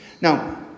Now